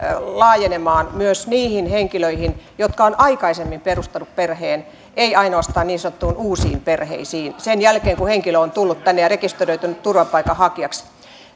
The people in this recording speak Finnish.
laajenemaan myös niihin henkilöihin jotka ovat aikaisemmin perustaneet perheen eivätkä koske ainoastaan niin sanottuja uusia perheitä jotka on muodostettu sen jälkeen kun henkilö on tullut tänne ja rekisteröitynyt turvapaikanhakijaksi